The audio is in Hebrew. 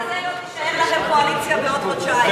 בקצב כזה לא תישאר לכם קואליציה בעוד חודשיים.